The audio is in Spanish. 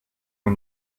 hay